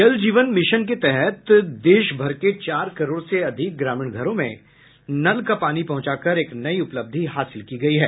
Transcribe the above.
जल जीवन मिशन के तहत चार करोड़ से अधिक ग्रामीण घरों में नल का पानी पहुंचाकर एक नई उपलब्धि हासिल की गई है